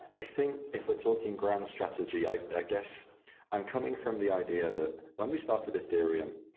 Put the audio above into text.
i think if we're talking grand strategy, i guess i'm coming from the idea that when we started ethereum,